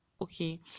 okay